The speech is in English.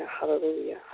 hallelujah